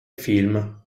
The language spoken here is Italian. film